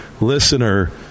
listener